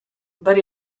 but